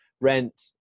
rent